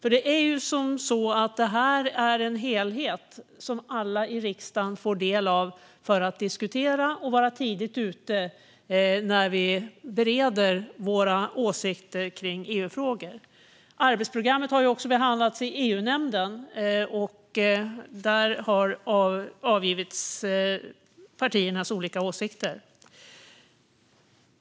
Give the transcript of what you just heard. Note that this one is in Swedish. Detta är ju en helhet som alla i riksdagen får del av, så att vi kan diskutera och vara tidigt ute när vi bereder våra åsikter kring EU-frågor. Arbetsprogrammet har också behandlats i EU-nämnden, och där har partiernas olika åsikter avgivits.